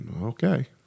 Okay